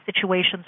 situations